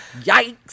Yikes